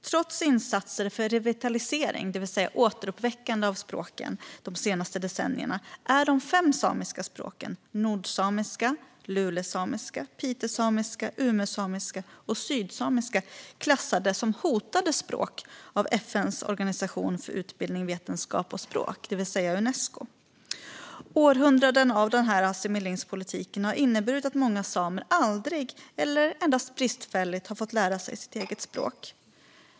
Trots insatser för revitalisering, det vill säga återuppväckande, av språken de senaste decennierna är de fem samiska språken nordsamiska, lulesamiska, pitesamiska, umesamiska och sydsamiska klassade som hotade språk av FN:s organisation för utbildning, vetenskap och språk, det vill säga Unesco. Århundraden av assimileringspolitik har inneburit att många samer aldrig eller endast bristfälligt fått lära sig sitt eget språk.